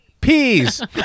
Peas